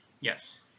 Yes